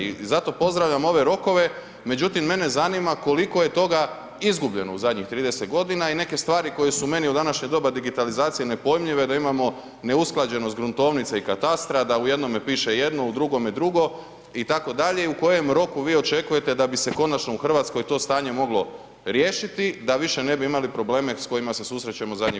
I zato pozdravljam ove rokove, međutim mene zanima koliko je toga izgubljeno u zadnjih 30 godina i neke stvari koje su meni u današnje doba digitalizacije nepojmljive da imamo neusklađenost gruntovnice i katastra, da u jednome piše jedno, u drugome drugo, itd. i u kojem roku vi očekujete da bi se konačno u Hrvatskoj to stanje moglo riješiti da više ne bi imali probleme s kojima se susrećemo zadnjih godina.